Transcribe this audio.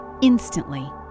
instantly